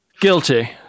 Guilty